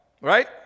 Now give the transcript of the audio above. right